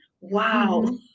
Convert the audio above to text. Wow